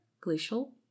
glacial